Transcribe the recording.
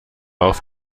auf